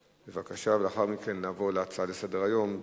לאחר מכן נעבור להצעה לסדר-היום.